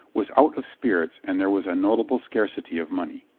was out of spirits and there was a notable scarcity of money.